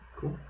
Cool